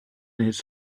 his